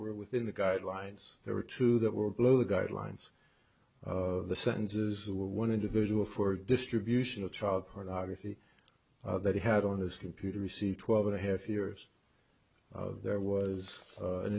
were within the guidelines there were two that were below the guidelines the sentences were one individual for distribution of child pornography that he had on his computer received twelve and a half years there was